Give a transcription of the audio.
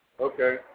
Okay